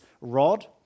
rod